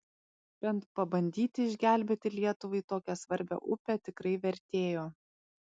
bent pabandyti išgelbėti lietuvai tokią svarbią upę tikrai vertėjo